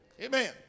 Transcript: Amen